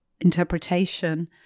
interpretation